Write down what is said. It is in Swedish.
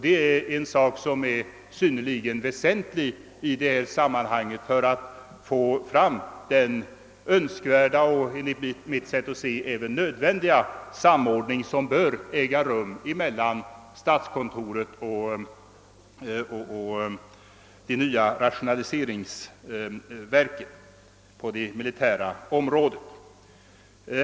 Detta är synnerligen väsentligt för att man skall få fram den önskvärda och enligt min uppfattning även nödvändiga samordningen mellan statskontoret och det nya rationaliseringsverket på det militära området.